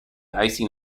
icing